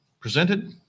presented